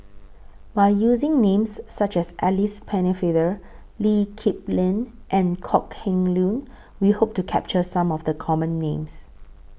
By using Names such as Alice Pennefather Lee Kip Lin and Kok Heng Leun We Hope to capture Some of The Common Names